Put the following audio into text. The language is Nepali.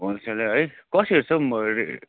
होलसेलै है कसरी छ हौ म रे